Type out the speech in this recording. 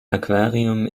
aquarium